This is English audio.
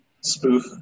spoof